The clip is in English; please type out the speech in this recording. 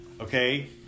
Okay